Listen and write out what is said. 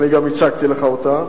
אני גם הצגתי לך אותה,